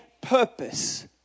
purpose